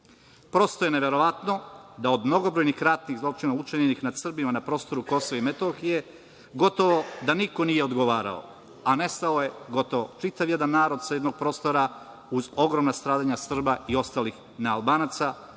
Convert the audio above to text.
Prosto je neverovatno da od mnogobrojnih ratnih zločina učinjenih nad Srbima na prostorima KiM, gotovo da niko nije odgovarao, a nestao je čitav jedan narod sa jednog prostora uz ogromna stradanja Srba i ostalih nealbanaca,